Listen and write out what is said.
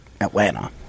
Atlanta